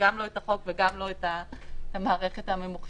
גם לא את החוק וגם לא את המערכת הממוחשבת.